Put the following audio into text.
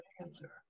answer